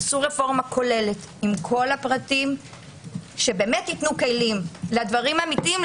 תעשו רפורמה כוללת עם כל הפרטים שבאמת ייתנו כלים לדברים האמיתיים,